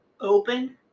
open